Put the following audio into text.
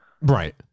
Right